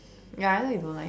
ya I know you don't like